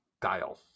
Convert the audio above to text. Dial